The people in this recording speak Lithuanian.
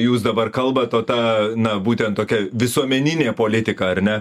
jūs dabar kalba o ta na būtent tokia visuomeninė politika ar ne